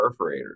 perforators